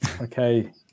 Okay